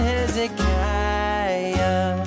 Hezekiah